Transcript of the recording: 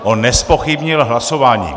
On nezpochybnil hlasování.